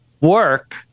work